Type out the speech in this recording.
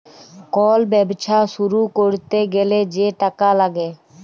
call ব্যবছা শুরু ক্যইরতে গ্যালে যে টাকা ল্যাগে